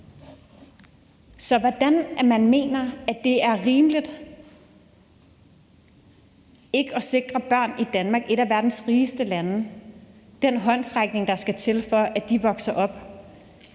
Så hvordan man kan mene, at det er rimeligt ikke at give børn i Danmark, et af verdens rigeste lande, den håndsrækning, der skal til, for at de vokser op